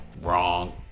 Wrong